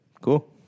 Cool